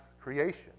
creation